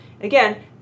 Again